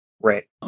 Right